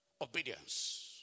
Obedience